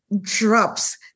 drops